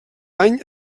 any